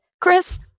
Chris